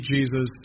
Jesus